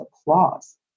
applause